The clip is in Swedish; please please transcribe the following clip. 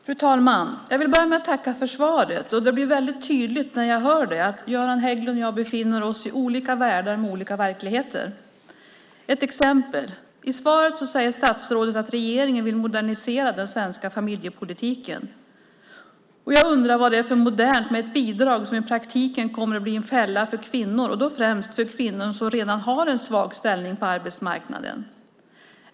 Fru talman! Jag vill börja med att tacka för svaret. När jag hör svaret blir det väldigt tydligt att Göran Hägglund och jag befinner oss i olika världar med olika verkligheter. Låt mig ge ett exempel. I svaret säger statsrådet att regeringen vill modernisera den svenska familjepolitiken. Jag undrar vad det är för modernt med ett bidrag som i praktiken kommer att bli en fälla för kvinnor, och då främst för kvinnor som redan har en svag ställning på arbetsmarknaden.